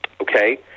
okay